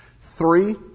Three